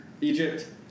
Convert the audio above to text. Egypt